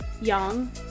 Young